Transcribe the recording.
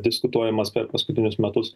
diskutuojamas per paskutinius metus